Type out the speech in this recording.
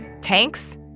Tanks